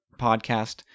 podcast